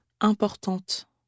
importante